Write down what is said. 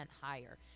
higher